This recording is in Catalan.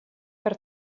per